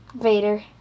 Vader